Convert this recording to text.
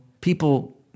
People